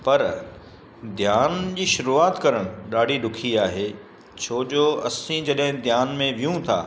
पर ध्यानु जी शुरूआत करणु ॾाढी ॾुखी आहे छो जो असीं जॾहिं ध्यान में वियूं था